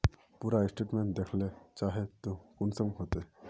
पूरा स्टेटमेंट देखला चाहबे तो कुंसम होते?